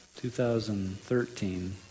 2013